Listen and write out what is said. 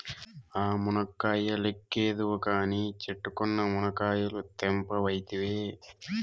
ఆ మునక్కాయ లెక్కేద్దువు కానీ, చెట్టుకున్న మునకాయలు తెంపవైతివే